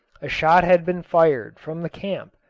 a shot had been fired from the camp,